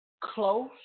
close